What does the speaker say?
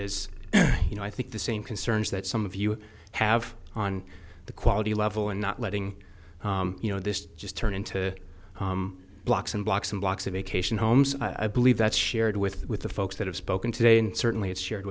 is you know i think the same concerns that some of you have on the quality level and not letting you know this just turn into blocks and blocks and blocks of vacation homes i believe that's shared with with the folks that have spoken today and certainly it's shared